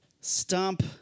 stomp